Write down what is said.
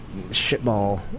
shitball